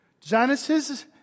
Genesis